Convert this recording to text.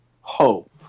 hope